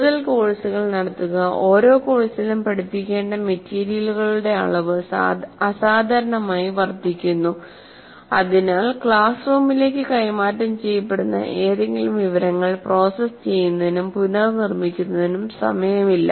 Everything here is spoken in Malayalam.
കൂടുതൽ കോഴ്സുകൾ നടത്തുക ഓരോ കോഴ്സിലും പഠിപ്പിക്കേണ്ട മെറ്റീരിയലുകളുടെ അളവ് അസാധാരണമായി വർദ്ധിക്കുന്നു അതിനാൽ ക്ലാസ് റൂമിലേക്ക് കൈമാറ്റം ചെയ്യപ്പെടുന്ന ഏതെങ്കിലും വിവരങ്ങൾ പ്രോസസ്സ് ചെയ്യുന്നതിനും പുനർനിർമ്മിക്കുന്നതിനും സമയമില്ല